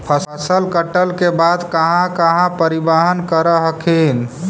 फसल कटल के बाद कहा कहा परिबहन कर हखिन?